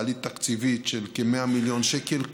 בעלות תקציבית של כ-100 מיליון שקל,